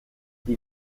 die